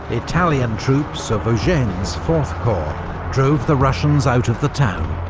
italian troops of eugene's fourth corps drove the russians out of the town.